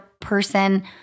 person